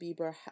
Bieber